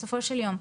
בסופו של יום,